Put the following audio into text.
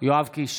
יואב קיש,